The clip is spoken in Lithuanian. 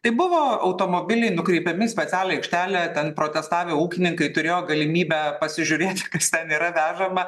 tai buvo automobiliai nukreipiami į specialią aikštelę ten protestavę ūkininkai turėjo galimybę pasižiūrėti kas ten yra vežama